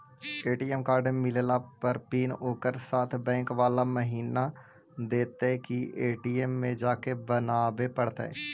ATM card मिलला पर PIN ओकरे साथे बैक बाला महिना देतै कि ए.टी.एम में जाके बना बे पड़तै?